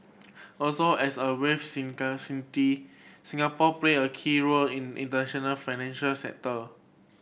also as a wealthy city Singapore play a key role in international financial sector